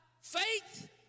faith